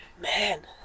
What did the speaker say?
Man